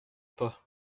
pas